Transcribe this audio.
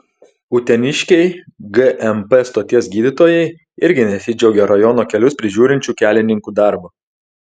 uteniškiai gmp stoties gydytojai irgi nesidžiaugia rajono kelius prižiūrinčių kelininkų darbu